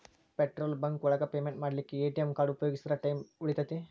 petrol bunk ಒಳಗ payment ಮಾಡ್ಲಿಕ್ಕೆ ATM card ಉಪಯೋಗಿಸಿದ್ರ ಟೈಮ್ ಉಳಿತೆತಿ